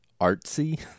artsy